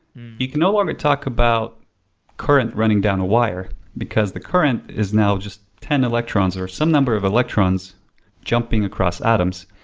you can no longer talk about current running down the wire because the current is now just ten electrons or some number of electrons jumping across atoms.